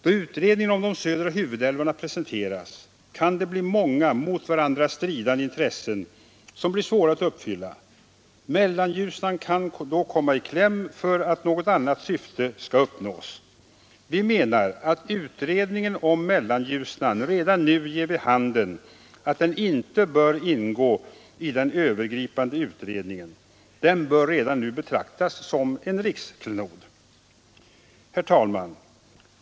Då utredningen om de södra huvudälvarna presenteras kan det uppstå många mot varandra stridande intressen som blir svåra att tillgodose. Mellanljusnan kan då komma i kläm för att något annat syfte skall uppnås. Vi menar att utredningen om Mellanljusnan redan nu ger vid handen att Mellanljusnan inte bör ingå i den övergripande utredningen. Den bör redan nu betraktas som en riksklenod. Herr talman!